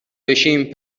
بشیم